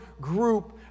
group